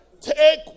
Take